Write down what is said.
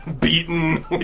beaten